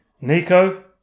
Nico